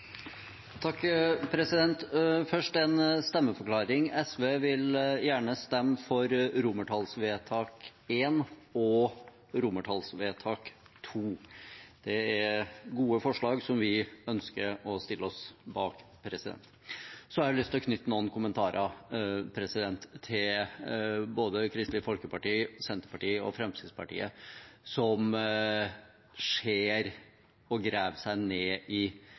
Først en stemmeforklaring: SV vil gjerne stemme for romertallsvedtak I og romertallsvedtak II. Det er gode forslag som vi ønsker å stille oss bak. Så har jeg lyst til å knytte noen kommentarer til både Kristelig Folkeparti, Senterpartiet og Fremskrittspartiet, som graver seg ned i